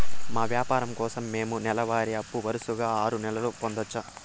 మా వ్యాపారం కోసం మేము నెల వారి అప్పు వరుసగా ఆరు నెలలు పొందొచ్చా?